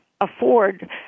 afford